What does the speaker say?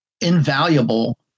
invaluable